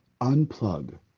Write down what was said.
unplug